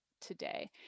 today